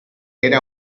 era